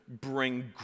bring